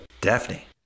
Daphne